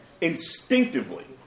instinctively